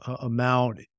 amount